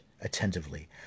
attentively